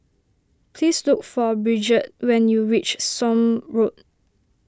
please look for Bridgett when you reach Somme Road